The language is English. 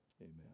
Amen